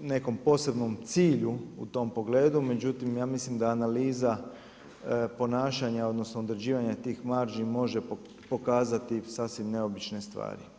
nekom posebnom cilju u tom pogledu međutim ja mislim da analiza ponašanja odnosno određivanja tih marži može pokazati sasvim neobične stvari.